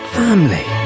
family